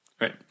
Right